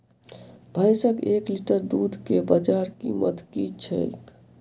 भैंसक एक लीटर दुध केँ बजार कीमत की छै?